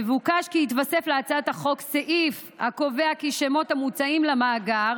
יבוקש כי יתווסף להצעת החוק סעיף הקובע כי שמות המוצעים למאגר